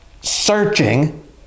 searching